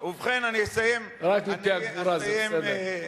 רק מפי הגבורה, זה בסדר.